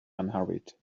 unhurried